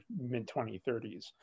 mid-2030s